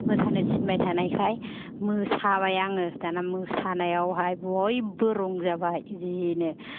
मोसानो थिनबाय थानायखाय मोसाबाय आङो दाना मोसानायावहाय बयबो रंजाबाय जिनो